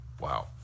Wow